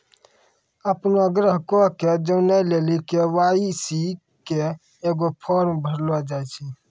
अपनो ग्राहको के जानै लेली के.वाई.सी के एगो फार्म भरैलो जाय छै